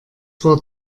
war